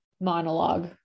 monologue